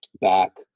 back